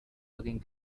looking